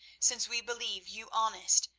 since we believe you honest,